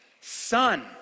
Son